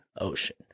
Ocean